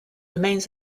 remains